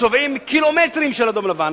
צובעים קילומטרים של אדום-לבן,